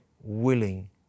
willing